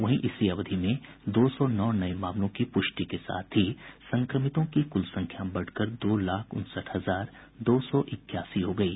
वहीं इसी अवधि में दो सौ नौ नये मामलों की पुष्टि के साथ ही संक्रमितों की कुल संख्या बढ़कर दो लाख उनसठ हजार दो सौ इक्यासी हो गयी